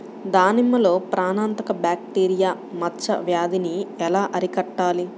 దానిమ్మలో ప్రాణాంతక బ్యాక్టీరియా మచ్చ వ్యాధినీ ఎలా అరికట్టాలి?